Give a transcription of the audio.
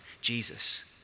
Jesus